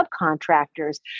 subcontractors